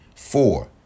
Four